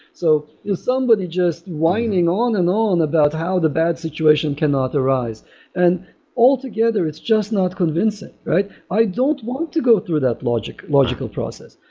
so somebody just whining on and on about how the bad situation cannot arise and altogether, it's just not convincing. i don't want to go through that logical logical process.